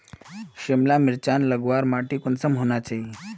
सिमला मिर्चान लगवार माटी कुंसम होना चही?